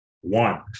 One